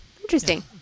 interesting